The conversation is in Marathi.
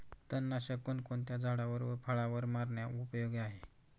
तणनाशक कोणकोणत्या झाडावर व फळावर मारणे उपयोगी आहे?